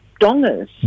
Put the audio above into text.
dongers